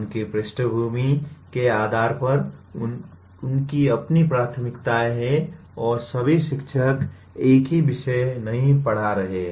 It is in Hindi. उनकी पृष्ठभूमि के आधार पर उनकी अपनी प्राथमिकताएं हैं और सभी शिक्षक एक ही विषय नहीं पढ़ा रहे हैं